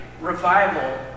revival